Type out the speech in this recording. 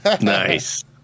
nice